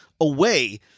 away